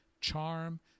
charm